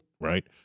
right